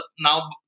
Now